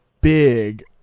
big